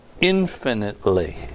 infinitely